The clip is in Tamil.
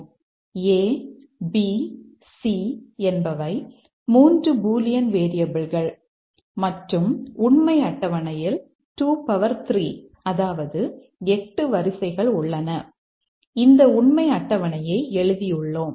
A B C என்பவை மூன்று பூலியன் வேரியபிள்கள் மற்றும் உண்மை அட்டவணையில் 23 அதாவது 8 வரிசைகள் உள்ளன இந்த உண்மை அட்டவணையை எழுதியுள்ளோம்